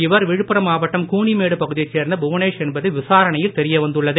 இவர் விழுப்புரம் மாவட்டம் கூனிமேடு பகுதியைச் சேர்ந்த புவனேஷ் என்பது விசாரணையில் தெரிய வந்துள்ளது